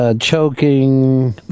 Choking